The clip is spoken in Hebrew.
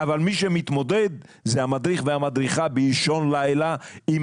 אבל מי שמתמודד זה המדריך והמדריכה באישון לילה עם